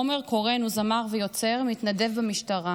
עומר קורן הוא זמר ויוצר, מתנדב במשטרה.